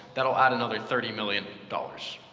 that will add another thirty million dollars.